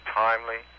timely